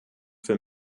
für